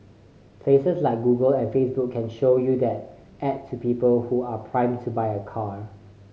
places like Google and Facebook can show you that ad to people who are primed to buy a car